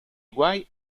guai